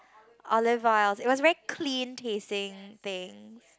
olive oil it was very clean tasting thing